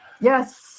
Yes